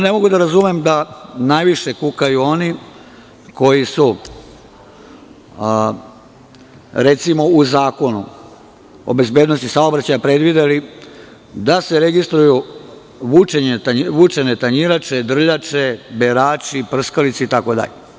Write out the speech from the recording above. Ne mogu da razumem da najviše kukaju oni koji su, recimo, u Zakonu o bezbednosti saobraćaja predvideli da se registruju vučene tanjirače, drljače, berači, prskalice itd.